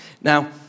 Now